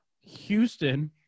Houston